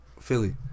Philly